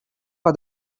for